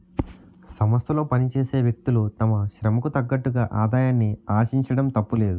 సంస్థలో పనిచేసే వ్యక్తులు తమ శ్రమకు తగ్గట్టుగా ఆదాయాన్ని ఆశించడం తప్పులేదు